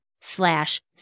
slash